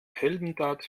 heldentat